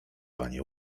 wanie